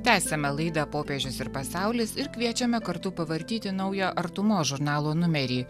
tęsiame laidą popiežius ir pasaulis ir kviečiame kartu pavartyti naują artumos žurnalo numerį